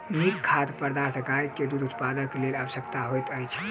नीक खाद्य पदार्थ गाय के दूध उत्पादनक लेल आवश्यक होइत अछि